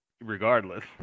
regardless